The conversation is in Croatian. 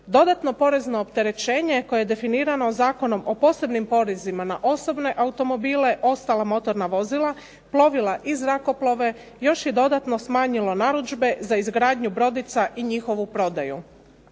Dodatno porezno opterećenje koje je definirano Zakonom o posebnim porezima na osobne automobile, ostala motorna vozila, plovila i zrakoplove još je dodatno smanjilo narudžbe za izgradnju brodica i njihovu prodaju.